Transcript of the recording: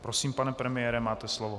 Prosím, pane premiére, máte slovo.